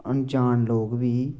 अनजान लोक बी